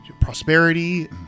prosperity